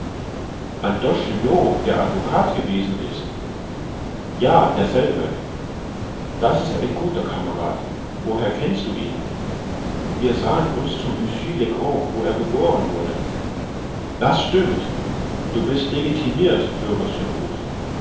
andoche junot der advocat gewesen ist ja derselbe das ist ein guter kamerad woher kennst du ihn wir sahen uns zu bussy le grand wo er geboren wurde das stimmt du bist legitimirt bürger